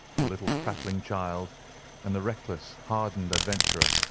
the little prattling child and the reckless, hardened adventurer.